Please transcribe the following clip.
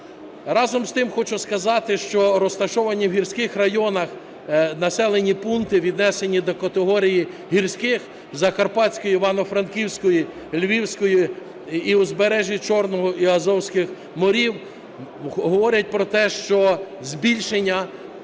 Разом з тим хочу сказати, що розташовані в гірських районах населені пункти, віднесені до категорії гірських, у Закарпатській, Івано-Франківській, Львівській і узбережжі Чорного і Азовських морів, говорять про те, що збільшення